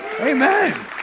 Amen